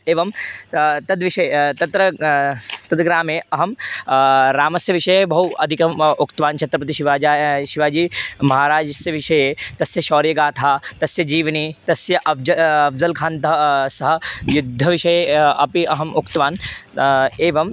एवं तस्य तद्विषये तत्र कः तद्ग्रामे अहं रामस्य विषये बहु अधिकम् उक्त्वान् छत्रपतिशिवाजी शिवाजी महाराजस्य विषये तस्य शोर्यगाथा तस्य जीवनं तस्य अब्ज अब्ज़ल्खान्तः सह युद्धविषये अपि अहम् उक्तवान् एवम्